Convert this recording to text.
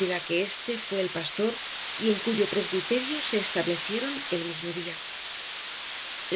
de la que éste fué el pastor y en cuyo presbiterio se establecieron el mismo dia